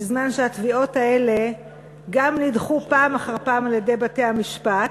בזמן שהתביעות האלה גם נדחו פעם אחר פעם על-ידי בתי-המשפט,